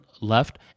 left